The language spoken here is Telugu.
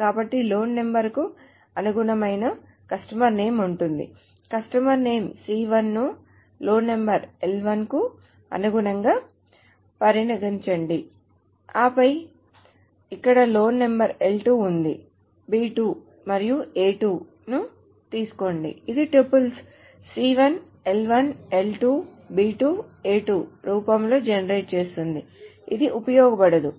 కాబట్టి లోన్ నెంబర్ కు అనుగుణమైన కస్టమర్ నేమ్ ఉంటుంది కస్టమర్ నేమ్ C1ను లోన్ నంబర్ L1 కు అనుగుణంగా పరిగణించండి ఆపై ఇక్కడ లోన్ నంబర్ L2 ఉంది B2 మరియు A2 అని పరిగణించండి ఇది tuples C1 L1 L2 B2 A2 రూపం లో జనరేట్ చేస్తుంది ఇది ఉపయోగపడదు